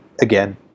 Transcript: again